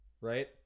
right